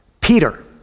Peter